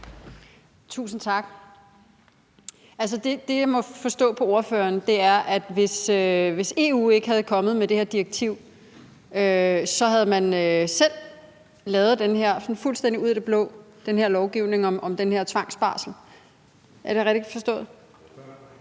Tusind tak. Det, jeg må forstå på ordføreren, er, at hvis EU ikke var kommet med det her direktiv, havde man selv fuldstændig ud af det blå lavet den her lovgivning om tvangsbarsel. Er det rigtigt forstået?